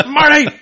Marty